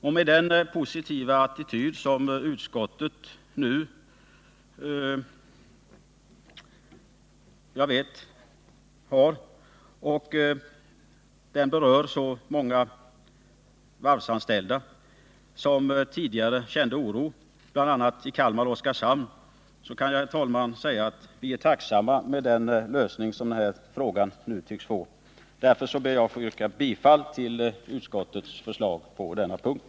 Och med den positiva attityd som utskottet nu intar — frågan berör många varvsanställda som tidigare känt oro, bl.a. i Kalmar och Oskarshamn — kan jag säga att jag är tacksam för den lösning som frågan nu tycks få. Därför ber jag att få yrka bifall till utskottets förslag på denna punkt.